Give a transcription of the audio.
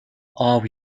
owe